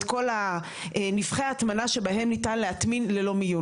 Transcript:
כל נפחי ההטמנה שבהם ניתן להטמין ללא מיון.